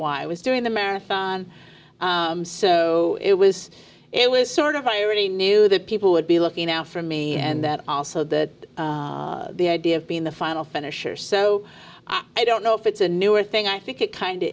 why i was doing the marathon so it was it was sort of i already knew that people would be looking out for me and that also that the idea of being the final finisher so i don't know if it's a newer thing i think it kind of